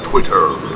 Twitter